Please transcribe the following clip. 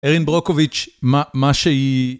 ארין ברוקוביץ', מה שהיא...